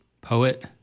poet